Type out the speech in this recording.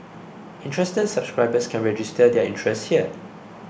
interested subscribers can register their interest here